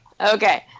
Okay